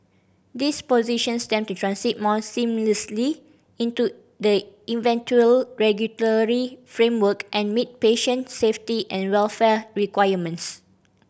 this positions them to transit more seamlessly into the eventual regulatory framework and meet patient safety and welfare requirements